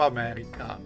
America